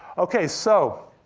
okay, so